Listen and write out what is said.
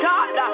God